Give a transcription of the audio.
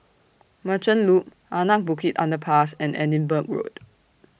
Merchant Loop Anak Bukit Underpass and Edinburgh Road